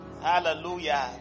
Hallelujah